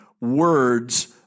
words